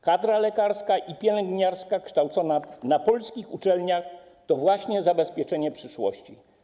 Kadra lekarska i pielęgniarska kształcona na polskich uczelniach to właśnie zabezpieczenie przyszłości.